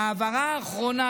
ההעברה האחרונה,